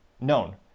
known